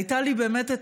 הייתה לי הזכות